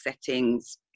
settings